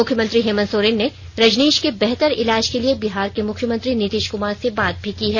मुख्यमंत्री हेमंत सोरेन ने रजनीश के बेहतर इलाज के लिए बिहार के मुख्यमंत्री नीतीश कुमार से बात भी की है